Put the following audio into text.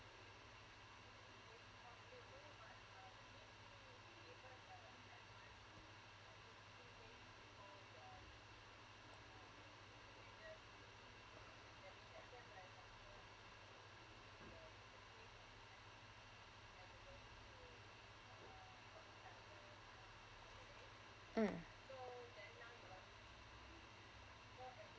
mm